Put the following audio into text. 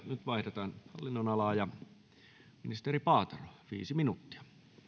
nyt vaihdetaan hallinnonalaa ja ministeri paatero viisi minuuttia